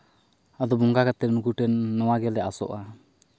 ᱟᱫᱚ ᱵᱚᱸᱜᱟ ᱠᱟᱛᱮᱫ ᱱᱩᱠᱩ ᱴᱷᱮᱱ ᱱᱚᱣᱟ ᱜᱮᱞᱮ ᱟᱥᱚᱜᱼᱟ